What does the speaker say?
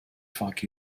fuck